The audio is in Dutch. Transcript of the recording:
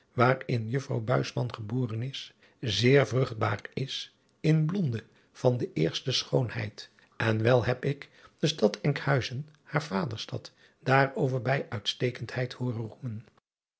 waarin uffrouw geboren is zeer vruchtbaar is in blonden van de eerste schoonheid en wel heb ik de stad nkhuizen haar vaderstad daar over bij uitstekendheid hooren roemen